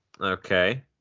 okay